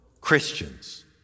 Christians